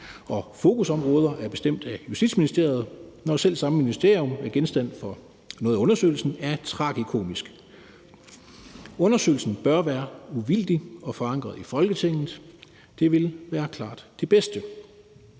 og fokusområder er bestemt af Justitsministeriet, når selv samme ministerium er genstand for noget af undersøgelsen, er tragikomisk. Undersøgelsen bør være uvildig og forankret i Folketinget. Det ville være klart det bedste.